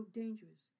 dangerous